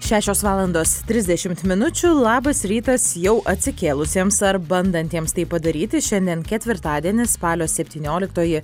šešios valandos trisdešimt minučių labas rytas jau atsikėlusiems ar bandantiems tai padaryti šiandien ketvirtadienis spalio septynioliktoji